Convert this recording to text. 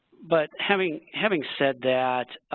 but having having said that,